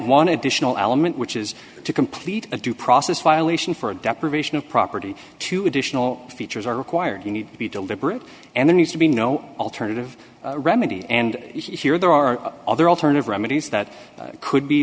one additional element which is to complete a due process violation for a deprivation of property to additional features are required need to be deliberate and then used to be no alternative remedy and here there are other alternative remedies that could be